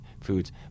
foods